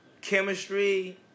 chemistry